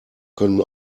können